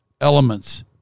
elements